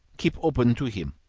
keep open to him.